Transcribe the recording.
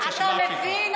אתה מבין?